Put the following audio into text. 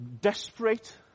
desperate